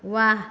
वाह